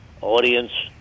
audience